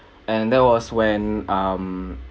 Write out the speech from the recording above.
and that was when um